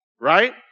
Right